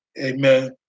Amen